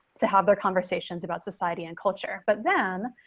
to have their conversations about society and culture. but then,